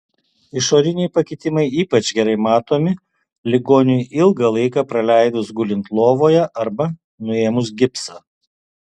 išoriniai pakitimai ypač gerai matomi ligoniui ilgą laiką praleidus gulint lovoje arba nuėmus gipsą